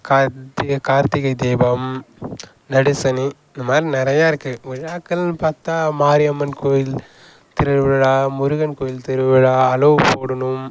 கார்த்திகை கார்த்திகை தீபம் நடுசனி இந்த மாதிரி நிறையா இருக்குது விழாக்கள்னு பார்த்தா மாரியம்மன் கோயில் திருவிழா முருகன் கோயில் திருவிழா அளவு போடணும்